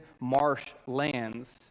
marshlands